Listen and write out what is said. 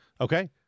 Okay